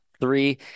three